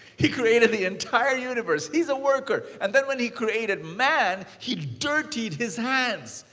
he created the entire universe. he's a worker. and then when he created man, he dirtied his hands.